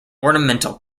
ornamental